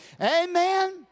amen